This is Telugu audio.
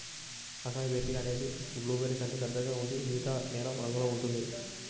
అకాయ్ బెర్రీ అనేది బ్లూబెర్రీ కంటే పెద్దగా ఉండి ఊదా నీలం రంగులో ఉంటుంది